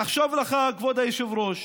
תחשוב לך, כבוד היושב-ראש,